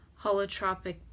holotropic